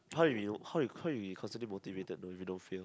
how you how you how you consider motivated though if you don't fail